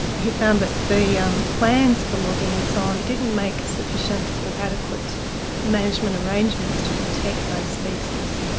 he found that the um plans for logging and so on, didn't make sufficient or adequate management arrangements to protect those species.